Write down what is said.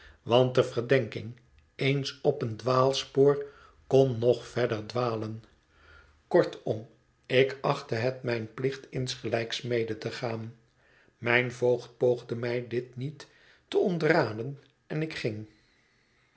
want de verdenking eens op een dwaalspoor kon nog verder dwalen kortom ik achtte het mijn plicht insgelijks mede te gaan mijn voogd poogde mij dit niet te ontraden en ik ging